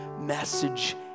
message